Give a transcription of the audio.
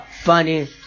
funny